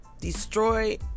destroy